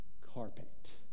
carpet